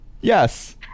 Yes